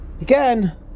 Again